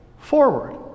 Forward